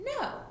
no